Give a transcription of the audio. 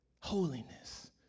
holiness